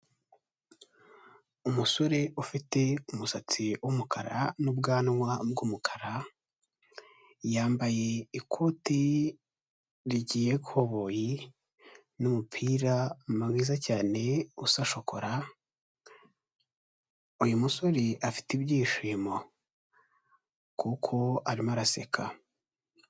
Umusore ufite umusatsi w'umukara n'ubwanwa bw'umukara yambaye ikoti rigiyeho ikoboyi n'umupira mwiza cyane usa shokora, uyu musore afite ibyishimo kuko arimo araseka.